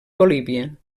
bolívia